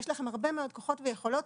יש לכם הרבה מאוד כוחות ויכולות,